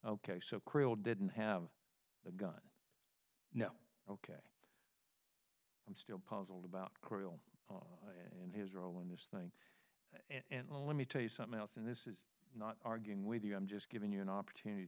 ok so cruel didn't have the gun no i'm still puzzled about cruel and his role in this thing and let me tell you something else and this is not arguing with you i'm just giving you an opportunity